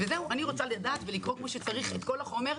אני רוצה לדעת ולקרוא כפי שצריך את כל החומר,